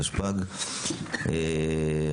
התשפ"ג-2023,